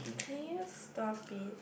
can you stop it